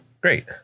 great